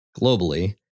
globally